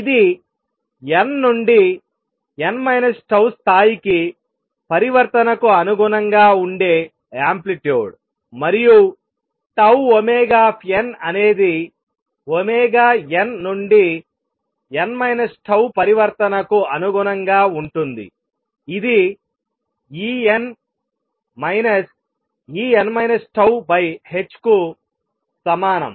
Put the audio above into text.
ఇది n నుండి n τ స్థాయికి పరివర్తనకు అనుగుణంగా ఉండే యాంప్లిట్యూడ్ మరియు τωn అనేదిω n నుండి n τ పరివర్తనకు అనుగుణంగా ఉంటుంది ఇది En En τ ℏ కు సమానం